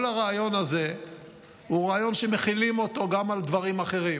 כל הרעיון הזה הוא רעיון שמחילים אותו גם על דברים אחרים.